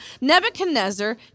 Nebuchadnezzar